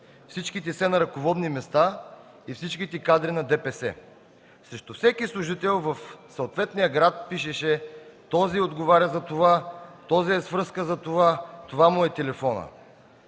всички на ръководни места и всичките кадри на ДПС. Срещу всеки служител в съответния град пишеше, че този отговаря за това, този е свръзка за това, това му е телефонът.